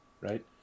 right